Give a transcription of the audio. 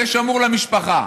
זה שמור למשפחה.